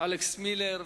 אלכס מילר,